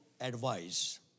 advice